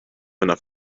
enough